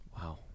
Wow